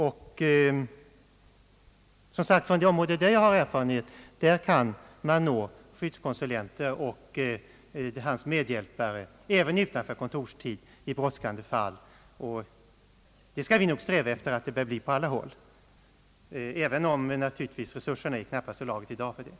Enligt min erfarenhet kan man alltså nå skyddskonsulenterna och deras medhjälpare även utanför kontorstid i brådskande fall. Vi skall sträva efter att det blir så på alla håll, även om resurserna nog är i knappaste laget i dag.